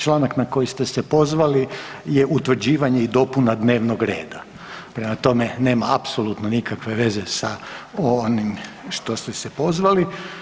Članak na koji ste se pozvali je utvrđivanje i dopuna dnevnog reda, prema tome nema apsolutno nikakve veze sa onim što ste se pozvali.